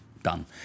done